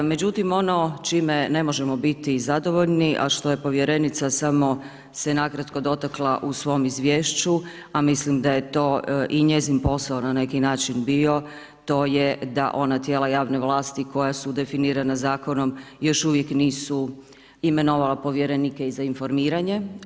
Međutim, ono čime ne možemo biti zadovoljni, a što je povjerenica samo se nakratko dotakla u svom izvješću, a mislim da je to i njezin posao na neki način bio, to je da ona tijela javne vlasti, koje su definirana Zakonom, još uvijek nisu imenovala povjerenike za informiranje.